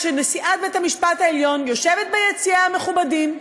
כשנשיאת בית-המשפט העליון יושבת ביציע המכובדים,